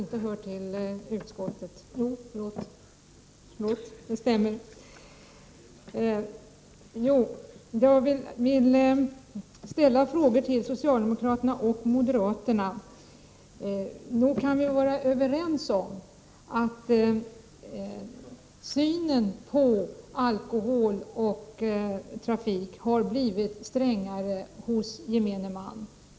Jag hade några frågor till socialdemokraterna och moderaterna. Nog kan vi väl vara överens om att gemene man har börjat se strängare på detta med alkohol och trafik.